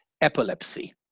epilepsy